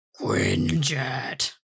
Quinjet